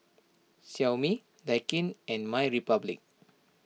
Xiaomi Daikin and MyRepublic